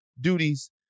duties